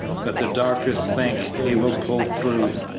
but the doctors think he will pull through.